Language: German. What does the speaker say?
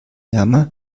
jammer